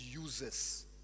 uses